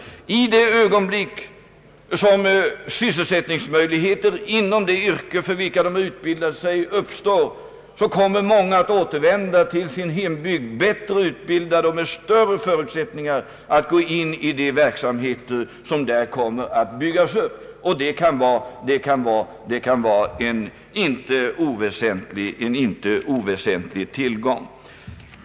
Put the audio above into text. I det ögonblick, som <:sysselsättningsmöjligheter inom yrken för vilka de har utbildat sig uppstår, kommer många att återvända till sin hembygd, bättre utbildade och med större förutsättningar att gå in i de verksamheter som där kommer att byggas upp — och detta kan vara en inte oväsentlig tillgång.